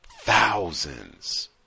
Thousands